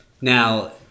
now